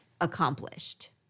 accomplished